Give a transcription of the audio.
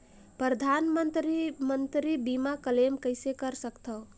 परधानमंतरी मंतरी बीमा क्लेम कइसे कर सकथव?